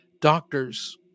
doctors